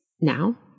now